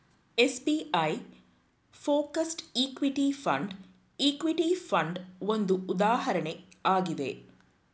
SBI focused equity fund, equity fund ಒಂದು ಉದಾಹರಣೆ ಆಗಿದೆ